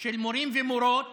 של מורים ומורות